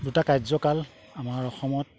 দুটা কাৰ্যকাল আমাৰ অসমত